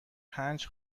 پنج